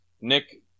Nick